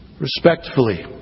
respectfully